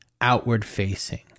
outward-facing